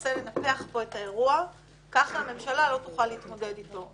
שננסה לנפח פה את האירוע כך הממשלה לא תוכל להתמודד איתו.